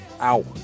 Ow